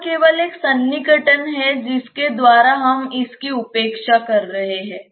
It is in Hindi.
यह केवल एक सन्निकटन है जिसके द्वारा हम इसकी उपेक्षा कर रहे हैं